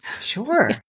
Sure